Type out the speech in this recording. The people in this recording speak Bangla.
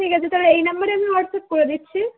ঠিক আছে তাহলে এই নম্বরে আমি হোয়াটস্যাপ করে দিচ্ছি